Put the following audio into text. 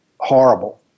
horrible